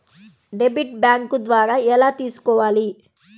Debit bank ద్వారా ఎలా తీసుకోవాలి?